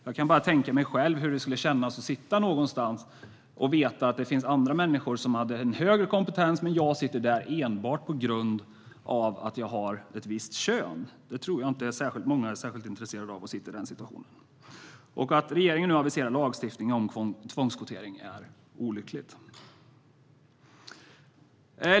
Jag kan bara tänka mig hur det skulle kännas att veta att det finns andra människor med högre kompetens än jag och att jag enbart sitter där jag sitter på grund av att jag har ett visst kön. Det tror jag inte att särskilt många är intresserade av. Att regeringen nu aviserar lagstiftning om tvångskvotering är olyckligt.